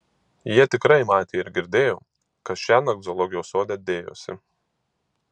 jie tikrai matė ir girdėjo kas šiąnakt zoologijos sode dėjosi